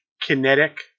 kinetic